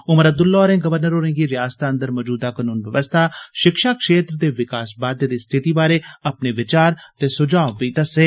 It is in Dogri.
उमर अब्दुल्ला होरें गवर्नर होरें गी रयासतै अन्दर मौजूदा कनून व्यवस्था शिक्षा क्षेत्र ते विकास बाद्दे दी स्थिति बारै अपने विचार ते सुझाव बी दस्से